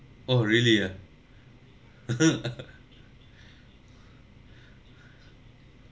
oh really ah